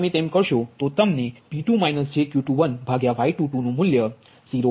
તો તમને P2 jQ21Y22 નુ મૂલ્ય 0